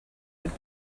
had